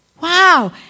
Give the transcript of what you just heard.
Wow